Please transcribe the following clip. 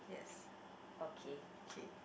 yes okay